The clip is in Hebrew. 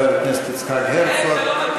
חבר הכנסת יצחק הרצוג.